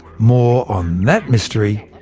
more on that mystery,